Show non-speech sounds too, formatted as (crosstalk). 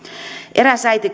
eräs äiti (unintelligible)